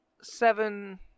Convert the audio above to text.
seven